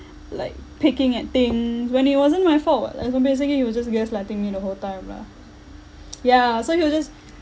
like picking at things when it wasn't my fault [what] like so basically he was just gaslighting me the whole time lah yeah so he would just